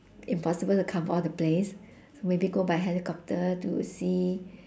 impossible to cover all the place so maybe go by helicopter to see